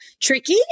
Tricky